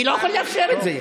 מיקי, אני לא יכול לאפשר את זה.